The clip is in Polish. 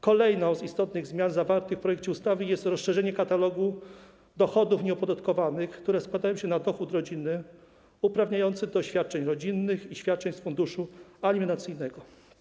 Kolejną z istotnych zmian zawartych w projekcie ustawy jest rozszerzenie katalogu dochodów nieopodatkowanych, które składają się na dochód rodziny uprawniający do świadczeń rodzinnych i świadczeń z funduszu alimentacyjnego.